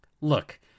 Look